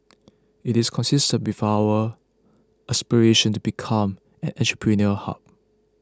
it is consistent before our aspiration to become an entrepreneurial hub